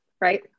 Right